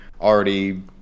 already